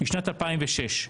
בשנת 2006,